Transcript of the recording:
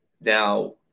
Now